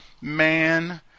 man